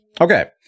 Okay